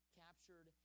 captured